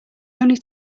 only